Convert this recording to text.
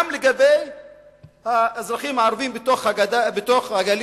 גם לגבי האזרחים הערבים בגליל,